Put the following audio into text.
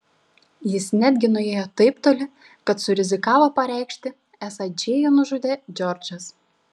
jis netgi nuėjo taip toli kad surizikavo pareikšti esą džėjų nužudė džordžas